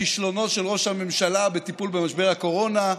ראש הממשלה בטיפול במשבר הקורונה.